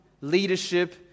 leadership